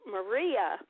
Maria